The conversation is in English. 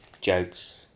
jokes